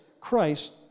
Christ